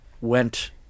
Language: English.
went